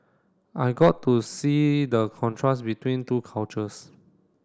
I got to see the contrast between two cultures